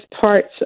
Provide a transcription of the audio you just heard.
parts